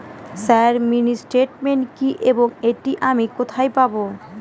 Sir mini statement কি এবং এটি আমি কোথায় পাবো?